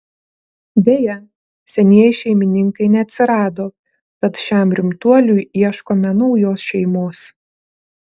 deja senieji šeimininkai neatsirado tad šiam rimtuoliui ieškome naujos šeimos